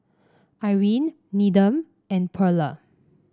Irine Needham and Pearla